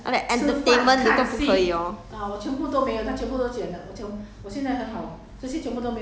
mm 都不可以来 hor 那个 entertainment 的都不可以 hor